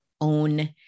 own